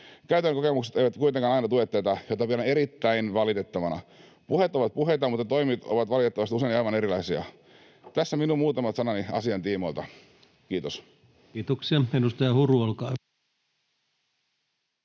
Käytännön kokemukset eivät kuitenkaan aina tue tätä, mitä pidän erittäin valitettavana. Puheet ovat puheita, mutta toimet ovat valitettavasti usein aivan erilaisia. Tässä minun muutamat sanani asian tiimoilta. — Kiitos. [Speech 215] Speaker: